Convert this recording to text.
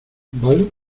vale